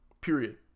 Period